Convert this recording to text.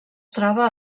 troba